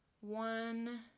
one